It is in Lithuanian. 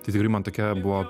tai tikrai man tokia buvo